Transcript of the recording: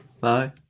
Bye